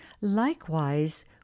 likewise